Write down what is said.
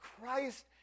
Christ